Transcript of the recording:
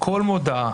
כל מודעה,